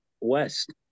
West